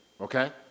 okay